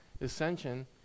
ascension